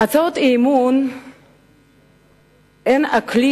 הצעות האי-אמון הן הכלי